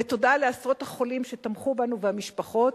ותודה לעשרות החולים שתמכו בנו ולמשפחות.